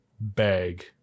bag